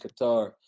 Qatar